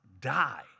die